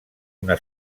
una